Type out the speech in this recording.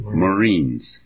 marines